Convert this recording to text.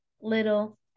little